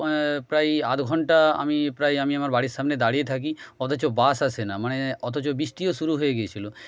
প্রায় আধ ঘন্টা আমি প্রায় আমি আমার বাড়ির সামনে দাঁড়িয়ে থাকি অথচ বাস আসে না মানে অথচ বৃষ্টিও শুরু হয়ে গিয়েছিলো